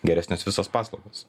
geresnės visos paslaugos